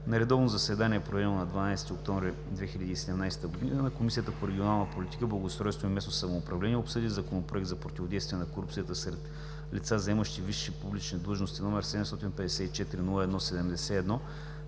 На редовно заседание, проведено на 12 октомври 2017 г., Комисията по регионална политика, благоустройство и местно самоуправление обсъди Законопроект за противодействие на корупцията сред лица, заемащи висши публични длъжности, № 754-01-71,